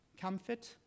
Comfort